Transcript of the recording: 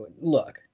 Look